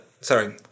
sorry